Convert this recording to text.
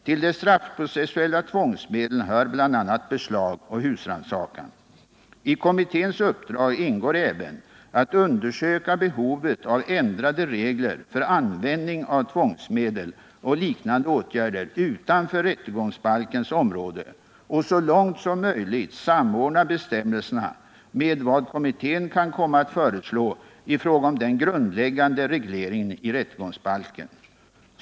Till de straffprocessuella tvångsmedlen hör bl.a. beslag och husrannsakan. I kommitténs uppdrag ingår även att undersöka behovet av ändrade regler för användning av tvångsmedel och liknande åtgärder utanför rättegångsbalkens område och så långt som möjligt samordna bestämmelserna med vad kommittén kan komma att föreslå i fråga om den grundläggande regleringen i rättegångsbalken.